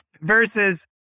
Versus